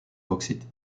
bauxite